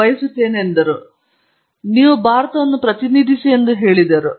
ಆದರೆ ಪಾಯಿಂಟ್ ನಾನು ಸಂಶೋಧನಾ ಉದ್ಯಾನವನಗಳು ನವೀನ ತಂತ್ರಜ್ಞಾನಗಳ ಒಂದು ಪ್ರಮುಖ ಮೂಲವಾಗಿದೆ ಎಂದು ನಾನು ಭಾವಿಸುತ್ತೇನೆ